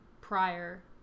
prior